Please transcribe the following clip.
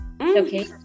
Okay